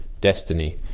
destiny